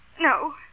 No